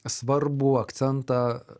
svarbų akcentą